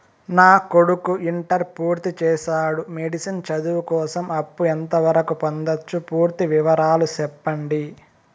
నా కొడుకు ఇంటర్ పూర్తి చేసాడు, మెడిసిన్ చదువు కోసం అప్పు ఎంత వరకు పొందొచ్చు? పూర్తి వివరాలు సెప్పండీ?